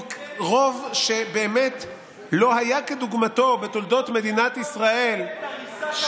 רוב שבאמת לא היה כדוגמתו בתולדות מדינת ישראל.